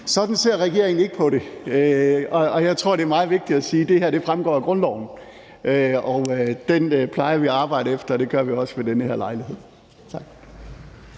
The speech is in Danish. sådan ser regeringen ikke på det. Og jeg tror, det er meget vigtigt at sige, at det her fremgår af grundloven, og den plejer vi at arbejde efter, og det gør vi også ved den her lejlighed. Tak.